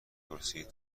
پرسید